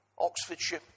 Oxfordshire